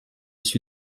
suis